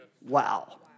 wow